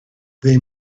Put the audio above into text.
they